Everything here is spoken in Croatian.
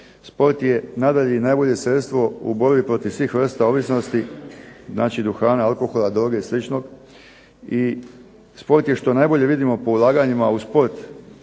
Sport je nadalje i najbolje sredstvo u borbi protiv svih vrsta ovisnosti, znači duhana, alkohola, droge i sličnog, i sport je što najbolje vidimo po ulaganjima u sport